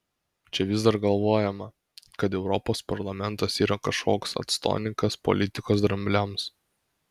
čia vis dar galvojama kad europos parlamentas yra kažkoks atstoinikas politikos drambliams